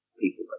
people